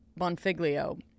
bonfiglio